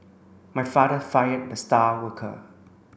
my father fired the star worker